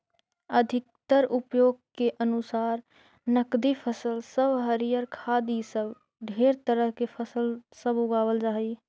अधिकतर उपयोग के अनुसार नकदी फसल सब हरियर खाद्य इ सब ढेर तरह के फसल सब उगाबल जा हई